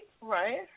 right